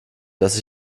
dass